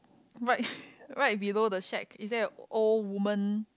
right right below the shack is there a old woman